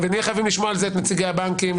נהיה חייבים לשמוע על זה את נציגי הבנקים,